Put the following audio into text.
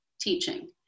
teaching